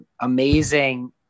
amazing